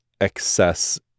excess